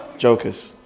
Jokers